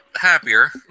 Happier